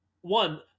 one